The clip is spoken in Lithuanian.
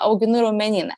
auginu raumenyną